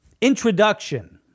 introduction